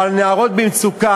או על נערות במצוקה.